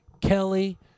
kelly